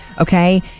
okay